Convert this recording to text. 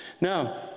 Now